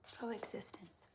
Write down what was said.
Coexistence